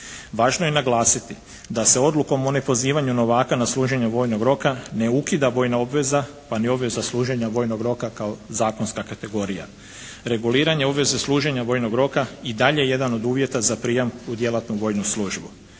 Važno je naglasiti da se odlukom o nepozivanju novaka na služenje vojnog roka ne ukida vojna obveza pa ni obveza služenja vojnog roka kao zakonska kategorija. Reguliranje obveze služenja vojnog roka i dalje je jedan od uvjeta za prijam u djelatnu vojnu službu.